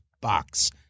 box